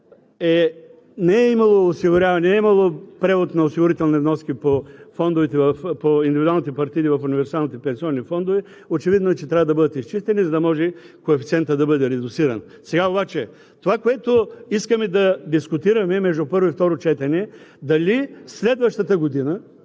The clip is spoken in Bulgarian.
не е имало превод на осигурителни вноски по индивидуалните партиди в универсалните пенсионни фондове, очевидно е, че трябва да бъдат изчистени, за да може коефициентът да бъде редуциран. Сега обаче това, което искаме да дискутираме между първо и второ четене – дали следващата година